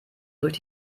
durch